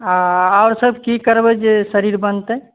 आर सब की करबै जे शरीर बनतै